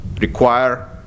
require